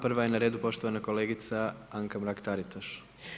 Prva je na redu poštovana kolegica Anka Mrak-Taritaš.